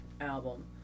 album